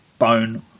bone